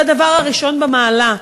זה הדבר הראשון במעלה,